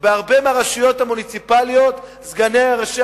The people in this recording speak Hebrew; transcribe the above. בהרבה מהרשויות המוניציפליות סגני ראשי